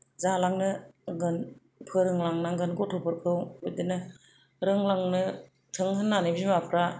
जालांनो नांगोन फोरोंलांनांगोन गथ'फोरखौ बिदिनो रोंलांनो हाथों होननानै बिमाफ्रा